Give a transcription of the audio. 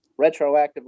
retroactively